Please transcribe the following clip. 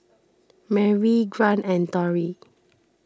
Merri Grant and Torie